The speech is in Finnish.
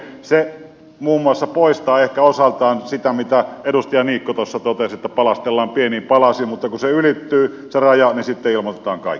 se muun muassa poistaa ehkä osaltaan sitä mitä edustaja niikko tuossa totesi että palastellaan pieniin palasiin mutta kun se raja ylittyy niin sitten ilmoitetaan kaikki